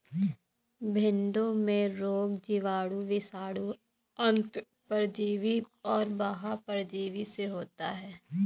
भेंड़ों में रोग जीवाणु, विषाणु, अन्तः परजीवी और बाह्य परजीवी से होता है